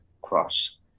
cross